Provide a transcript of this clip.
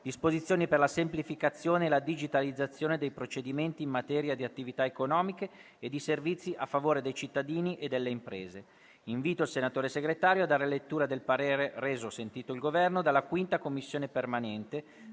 «Disposizioni per la semplificazione e la digitalizzazione dei procedimenti in materia di attività economiche e di servizi a favore dei cittadini e delle imprese». Invito il senatore Segretario a dare lettura del parere reso - sentito il Governo - dalla 5a Commissione permanente,